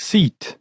Seat